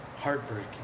Heartbreaking